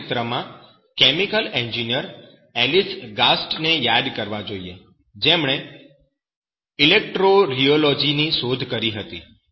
આ ક્ષેત્રમાં chemical engineer Alice Gast ને યાદ રાખવા જોઈએ જેમણે ઈલેક્ટ્રોરિયોલોજી ની શોધ કરી હતી